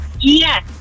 Yes